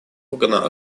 органа